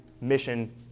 mission